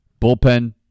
Bullpen